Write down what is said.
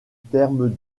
terme